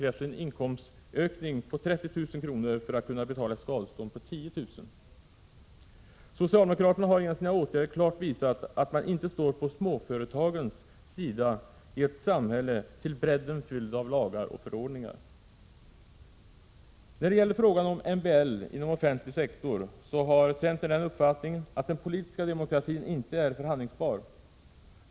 krävs en inkomstökning på 30 000 kr. för att han skall kunna betala ett skadestånd på 10 000. Socialdemokraterna har genom sina åtgärder klart visat att man inte står på småföretagens sida i ett samhälle till brädden fyllt av lagar och förordningar. När det gäller frågan om MBL inom offentlig sektor så har centern den uppfattningen att den politiska demokratin inte är förhandlingsbar.